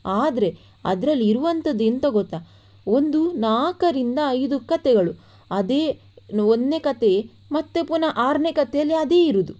ಆದರೆ ಅದರಲ್ಲಿ ಇರುವಂಥದ್ದು ಎಂಥ ಗೊತ್ತಾ ಒಂದು ನಾಲ್ಕರಿಂದ ಐದು ಕತೆಗಳು ಅದೇ ಒಂದನೇ ಕತೆಯೇ ಮತ್ತೆ ಪುನಃ ಆರನೇ ಕತೆಯಲ್ಲಿ ಅದೇ ಇರುವುದು